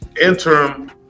interim